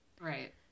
Right